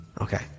Okay